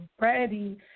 ready